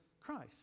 Christ